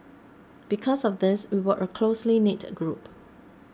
because of this we were a closely knit group